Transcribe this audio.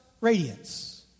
radiance